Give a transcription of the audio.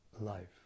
life